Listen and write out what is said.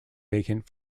vacant